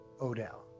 Odell